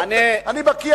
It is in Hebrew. אני בקי,